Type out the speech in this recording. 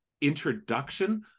introduction